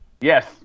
Yes